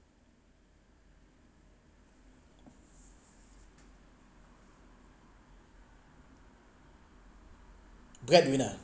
breadwinner